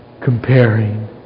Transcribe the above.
comparing